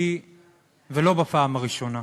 ולא בפעם הראשונה.